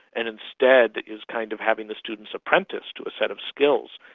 and instead is kind of having the students apprenticed to a set of skills.